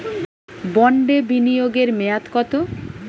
বন্ডে বিনিয়োগ এর মেয়াদ কত?